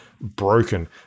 broken